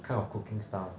kind of cooking style